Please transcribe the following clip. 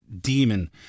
demon